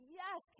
yes